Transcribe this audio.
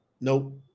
Nope